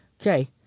Okay